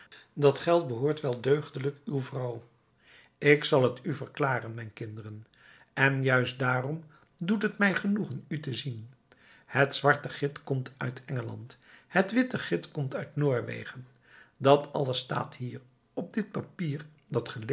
dat geld behoort wel deugdelijk uw vrouw ik zal t u verklaren mijn kinderen en juist daarom doet het mij genoegen u te zien het zwarte git komt uit engeland het witte git komt uit noorwegen dat alles staat hier op dit papier dat